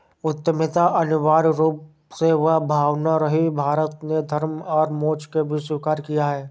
उद्यमिता अनिवार्य रूप से वह भावना रही है, भारत ने धर्म और मोक्ष के बीच स्वीकार किया है